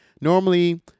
Normally